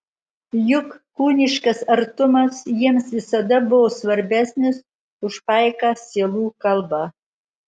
juk kūniškas artumas jiems visada buvo svarbesnis už paiką sielų kalbą